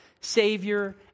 Savior